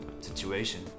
situation